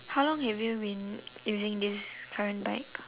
how long have you been using this current bike